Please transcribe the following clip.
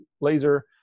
laser